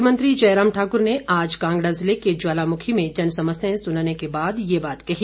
मुख्यमंत्री जयराम ठाकर ने आज कांगड़ा जिले के ज्वालामुखी में जनसमस्याएं सुनने के बाद ये बात कही